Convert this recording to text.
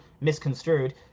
misconstrued